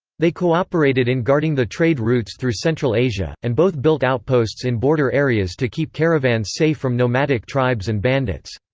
they cooperated in guarding the trade routes through central asia, and both built outposts in border areas to keep caravans safe from nomadic tribes and bandits.